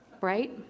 Right